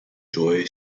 joy